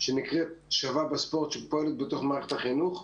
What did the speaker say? שנקראת "שווה בספורט" הפועלת בתוך מערכת החינוך.